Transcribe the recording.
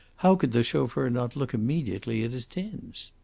how could the chauffeur not look immediately at his tins?